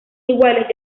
iguales